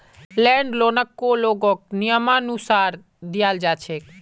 land लोनकको लोगक नियमानुसार दियाल जा छेक